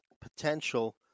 potential